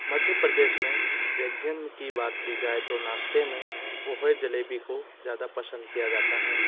मध्य प्रदेश में व्यंजन की बात की जाय तो नाश्ते में पोहे जलेबी को ज़्यादा पसंद किया जाता हैं